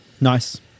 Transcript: Nice